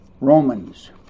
Romans